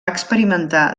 experimentar